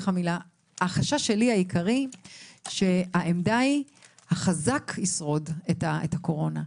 החשש העיקרי שלי הוא שרק החזק ישרוד את הקורונה.